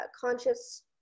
conscious